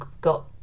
got